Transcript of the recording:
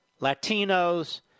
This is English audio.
Latinos